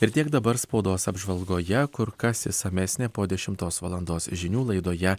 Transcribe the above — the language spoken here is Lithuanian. ir tiek dabar spaudos apžvalgoje kur kas išsamesnė po dešimtos valandos žinių laidoje